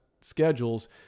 schedules